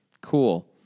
Cool